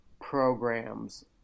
programs